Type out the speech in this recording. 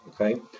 Okay